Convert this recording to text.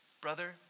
Brother